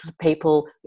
people